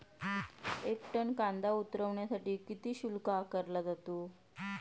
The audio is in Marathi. एक टन कांदा उतरवण्यासाठी किती शुल्क आकारला जातो?